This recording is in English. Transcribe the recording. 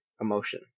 emotion